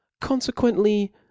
Consequently